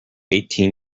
eighteen